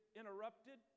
interrupted